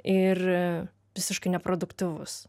ir visiškai neproduktyvus